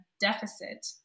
deficit